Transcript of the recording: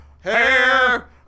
hair